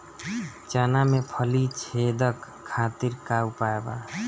चना में फली छेदक खातिर का उपाय बा?